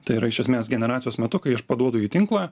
tai yra iš esmės generacijos metu kai aš paduodu į tinklą